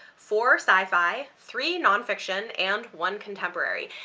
four sci-fi, three non-fiction, and one contemporary.